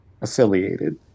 affiliated